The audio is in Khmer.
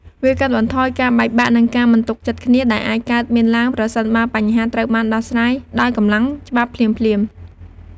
វាកាត់បន្ថយការបែកបាក់ និងការមិនទុកចិត្តគ្នា ដែលអាចកើតមានឡើងប្រសិនបើបញ្ហាត្រូវបានដោះស្រាយដោយកម្លាំងច្បាប់ភ្លាមៗ។